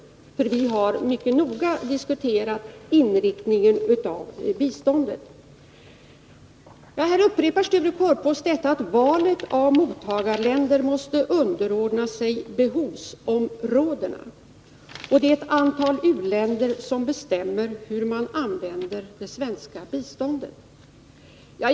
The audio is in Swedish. Vi för vår del har mycket noga diskuterat biståndets inriktning. Sture Korpås upprepar att valet av mottagarländer måste underordna sig behovsområdena och att det är ett antal u-länder som bestämmer hur det svenska biståndet används.